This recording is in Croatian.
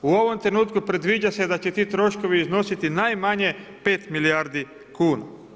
U ovom trenutku, predviđa se da će ti troškovi iznositi najmanje 5 milijarde kuna.